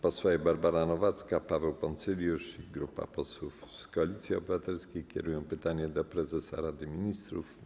Posłowie Barbara Nowacka, Paweł Poncyljusz i grupa posłów z Koalicji Obywatelskiej kierują pytanie do prezesa Rady Ministrów.